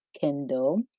Kendall